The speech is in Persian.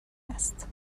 است